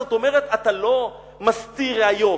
זאת אומרת, אתה לא מסתיר ראיות,